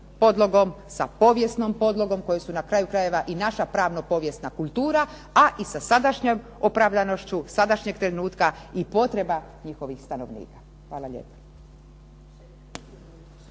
podlogom, sa povijesnom podlogom koji su na kraju krajeva i naša pravno povijesna kultura a i sa sadašnjom opravdanošću sadašnjeg trenutka i potreba njihovih stanovnika. Hvala lijepa.